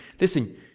Listen